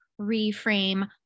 reframe